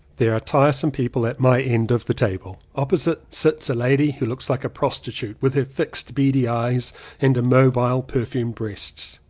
there are tiresome people at my end of the table. opposite sits a lady who looks like a prostitute with her fixed beady eyes and immobile perfumed breasts.